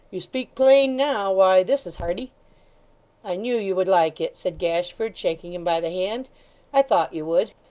you speak plain now. why, this is hearty i knew you would like it said gashford, shaking him by the hand i thought you would.